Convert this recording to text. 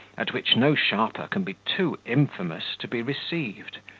at which no sharper can be too infamous to be received,